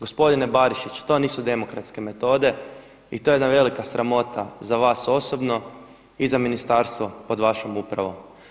Gospodine Barišiću, to nisu demokratske metode i to je jedna velika sramota za vas osobno i za ministarstvo pod vašom upravom.